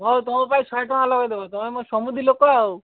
ହଉ ତମପାଇଁ ଶହେ ଟଙ୍କା ଲଗେଇଦେବି ତମେ ମୋ ସମୁଦି ଲୋକ ଆଉ